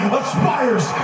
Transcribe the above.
aspires